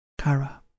Kara